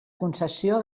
concessió